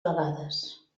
vegades